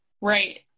Right